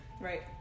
Right